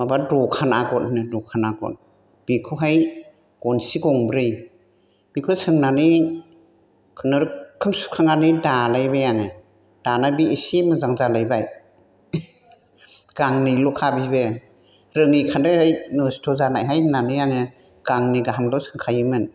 माबा दखान आगरनो दखान आगर बेखौहाय गनसि गंब्रै बेखौ सोंनानै खुनुरुखुम सुखांनानै दालाबाय आङो दाना बे इसे मोजां जालायबाय गांनैल'खा बेबो रोङैखायनो नस्थ' जानायहाय होननानै आङो गांनै गाहामल' सोंखायोमोन